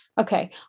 Okay